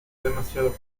demasiado